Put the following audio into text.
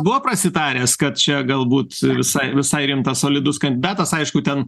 buvo prasitaręs kad čia galbūt visai visai rimtas solidus kandidatas aišku ten